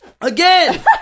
Again